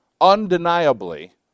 undeniably